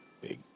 big